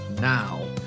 now